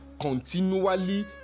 continually